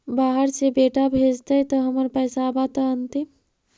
बाहर से बेटा भेजतय त हमर पैसाबा त अंतिम?